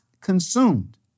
consumed